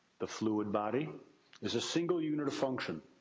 the fluid body is a single unit of function.